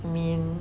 mean